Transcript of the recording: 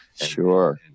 Sure